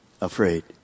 afraid